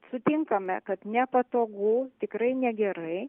sutinkame kad nepatogu tikrai negerai